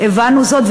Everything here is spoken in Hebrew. הבנו זאת,